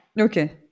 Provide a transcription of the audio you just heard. Okay